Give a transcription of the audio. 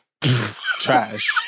Trash